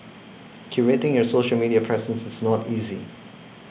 curating your social media presence is not easy